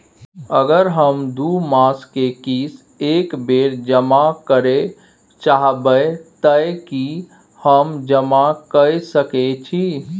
अगर हम दू मास के किस्त एक बेर जमा करे चाहबे तय की हम जमा कय सके छि?